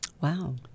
Wow